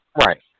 Right